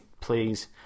please